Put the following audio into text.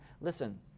Listen